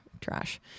trash